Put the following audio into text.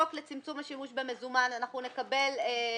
נתקבל.